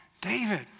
David